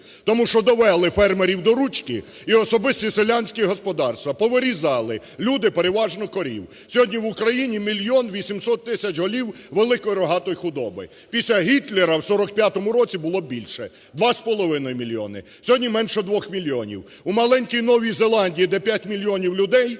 тому що довели фермерів до ручки і особисті селянські господарства, повирізали люди переважно корів. Сьогодні в Україні мільйон 800 тисяч голів великої рогатої худоби. Після Гітлера в 1945 році було більше – 2,5 мільйона, сьогодні менше 2 мільйонів. У маленькій Новій Зеландії, де 5 мільйонів людей,